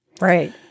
Right